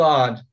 God